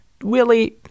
Willie